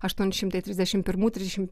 aštuoni šimtai trisdešim pirmų trisdešim